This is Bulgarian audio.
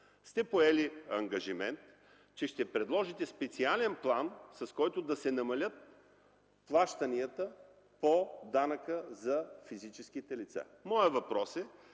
сте поели ангажимент, че ще предложите специален план, с който да се намалят плащанията по данъка за физическите лица. Моят въпрос е: